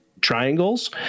triangles